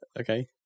okay